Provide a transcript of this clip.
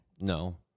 No